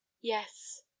yes